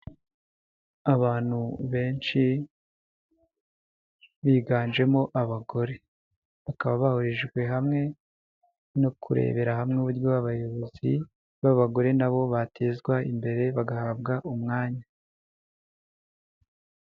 Abantu benshi biganjemo abagore. Bakaba bahurijwe hamwe no kurebera hamwe uburyo abayobozi b'abagore na bo batezwa imbere bagahabwa umwanya.